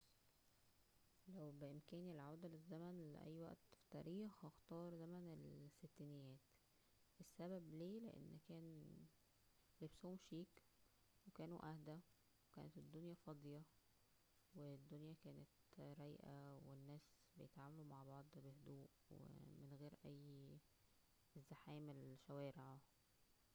لو كان بامكانى العودة بالزمن لاى وقت فى التاريخ هختار زمن الستنيات, السبب ليه لان كان لبسهم شيك و كانوا اهدى وكانت الدنيا فاضية والدنيا كانت رايقة والناس بيتعاملوا مع بعض بهدوء من غير اى زحام الشوارع